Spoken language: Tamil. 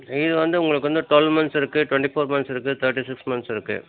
இது வந்து உங்களுக்கு வந்து டுவெல் மந்த்ஸ் இருக்கு டொண்ட்டி ஃபோர் மந்த்ஸ் இருக்கு தேர்ட்டி சிக்ஸ் மந்த்ஸ் இருக்கு